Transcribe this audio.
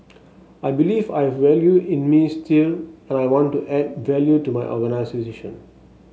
I believe I have value in me still and I want to add value to my organisation